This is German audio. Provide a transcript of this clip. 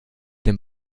den